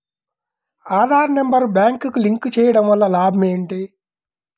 Aadhaar number బ్యాంక్నకు link చేయుటవల్ల లాభం ఏమిటి?